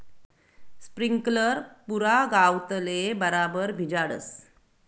sprinkler पुरा गावतले बराबर भिजाडस